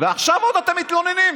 ועכשיו אתם עוד מתלוננים?